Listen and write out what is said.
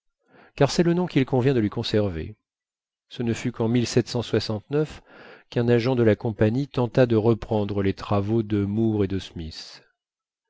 car c'est le nom qu'il convient de lui conserver ce ne fut qu'en qu'un agent de la compagnie tenta de reprendre les travaux de moor et de smith